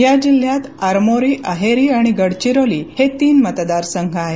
या जिल्ह्यात आरमोरी अहेरी आणि गडचिरोली हे तीन मतदारसंघ आहेत